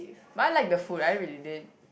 but I like the food I really did